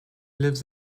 lives